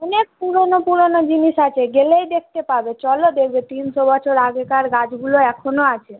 অনেক পুরোনো পুরোনো জিনিস আছে গেলেই দেখতে পাবে চলো দেখবে তিনশো বছর আগেকার গাছগুলো এখনো আছে